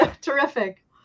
Terrific